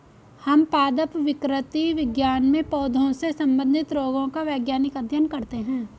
हम पादप विकृति विज्ञान में पौधों से संबंधित रोगों का वैज्ञानिक अध्ययन करते हैं